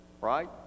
Right